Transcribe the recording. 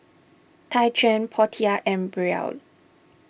Tyquan Portia and Brielle